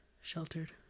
sheltered